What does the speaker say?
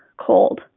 cold